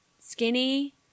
skinny